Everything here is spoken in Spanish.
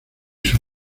sus